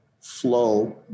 flow